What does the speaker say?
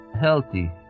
healthy